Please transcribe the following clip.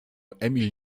emil